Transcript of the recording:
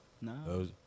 No